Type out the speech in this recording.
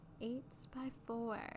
eight-by-four